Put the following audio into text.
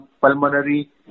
pulmonary